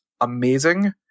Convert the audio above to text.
amazing